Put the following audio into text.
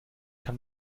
kann